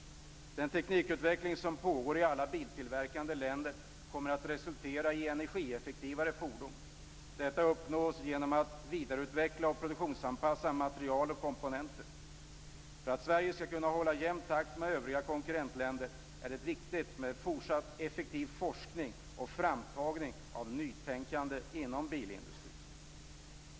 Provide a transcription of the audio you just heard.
Den teknikutveckling som pågår i alla biltillverkande länder kommer att resultera i energieffektivare fordon. Detta uppnås genom att vidareutveckla och produktionsanpassa material och komponenter. För att Sverige skall kunna hålla jämn takt med sina konkurrentländer är det viktigt med en fortsatt effektiv forskning och framtagning av nytänkande inom bilindustrin.